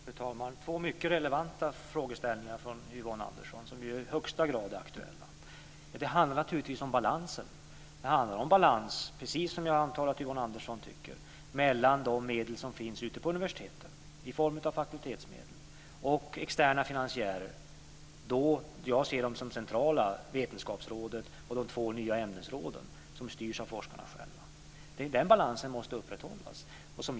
Fru talman! Det var två mycket relevanta frågeställningar från Yvonne Andersson, som är i högsta grad aktuella. Det handlar naturligtvis om balans, precis som jag antar att Yvonne Andersson tycker. Det handlar om balans mellan medlen ute på universiteten i form av fakultetsmedel och externa finansiärer. Jag ser Vetenskapsrådet och de två nya ämnesråden, som styrs av forskarna själva, som centrala. Den balansen måste upprätthållas.